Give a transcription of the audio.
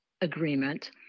Agreement